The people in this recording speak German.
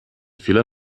fehler